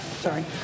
Sorry